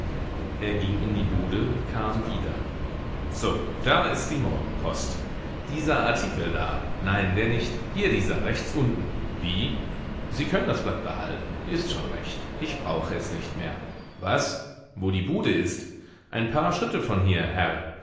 er ging in die bude kam wieder so da ist die morgenpost dieser artikel da nein der nicht hier dieser rechts unten wie sie können das blatt behalten ist schon recht ich brauche es nicht mehr was wo die bude ist ein paar schritte von hier herr